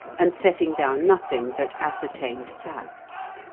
and setting down nothing but ascertained facts.